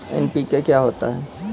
NPK क्या होता है?